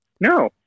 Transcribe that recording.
No